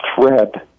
thread